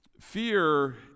Fear